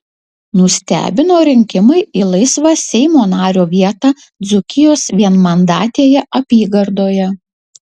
nustebino rinkimai į laisvą seimo nario vietą dzūkijos vienmandatėje apygardoje